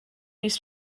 mis